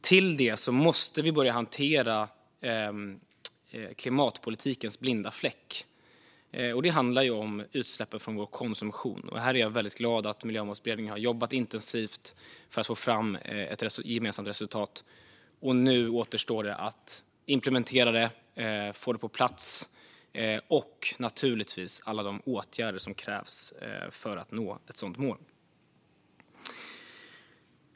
Till det måste vi börja hantera klimatpolitikens blinda fläck. Det handlar om utsläppen från vår konsumtion. Här är jag väldigt glad att Miljömålsberedningen har jobbat intensivt för att få fram ett gemensamt resultat. Nu återstår det att implementera det, få det på plats och naturligtvis vidta alla de åtgärder som krävs för att nå ett sådant mål.